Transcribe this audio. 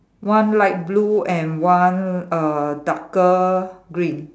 one light blue and one uh darker green